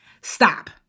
Stop